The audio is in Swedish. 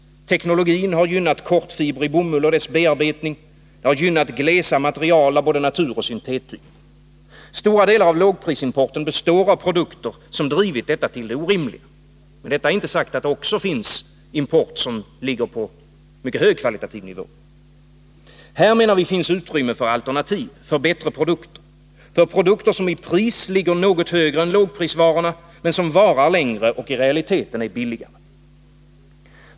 Teknologin har gynnat kortfibrig bomull och dess bearbetning, glesa material av både naturoch syntettyp. Stora delar av lågprisimporten består av produkter som drivit detta till det orimliga. Med detta är inte sagt att det inte också finns import som ligger på en mycket hög kvalitativ nivå. Här, menar vi, finns utrymme för alternativ, för bättre produkter, för produkter som i pris ligger något högre än lågprisvarorna men som varar längre och i realiteten är billigare.